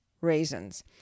raisins